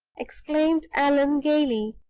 exclaimed allan, gayly.